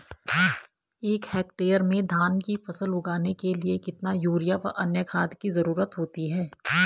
एक हेक्टेयर में धान की फसल उगाने के लिए कितना यूरिया व अन्य खाद की जरूरत होती है?